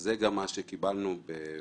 - זה גם מה שקיבלנו בפיקדונות.